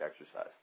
exercise